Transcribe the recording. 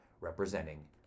representing